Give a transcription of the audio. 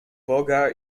boga